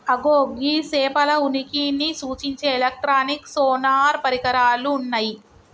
అగో గీ సేపల ఉనికిని సూచించే ఎలక్ట్రానిక్ సోనార్ పరికరాలు ఉన్నయ్యి